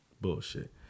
bullshit